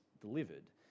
delivered